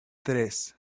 tres